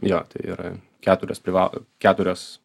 jo tai yra keturios priva keturios